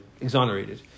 exonerated